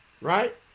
right